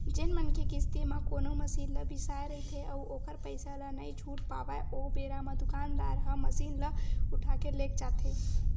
जेन मनखे किस्ती म कोनो मसीन ल बिसाय रहिथे अउ ओखर पइसा ल नइ छूट पावय ओ बेरा म दुकानदार ह मसीन ल उठाके लेग जाथे